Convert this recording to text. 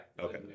Okay